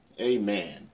Amen